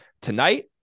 tonight